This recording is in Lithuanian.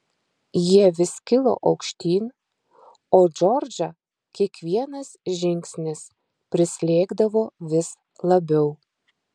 jie vis kilo aukštyn o džordžą kiekvienas žingsnis prislėgdavo vis labiau